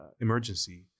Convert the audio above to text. emergency